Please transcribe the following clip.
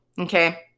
okay